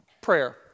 Prayer